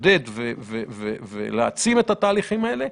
לעודד ולהעצים את התהליכים האלה.